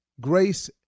grace